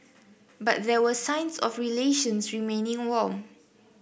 but there were signs of relations remaining warm